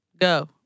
Go